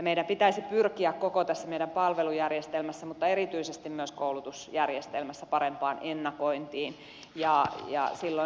meidän pitäisi pyrkiä koko tässä meidän palvelujärjestelmässämme mutta erityisesti koulutusjärjestelmässä parempaan ennakointiin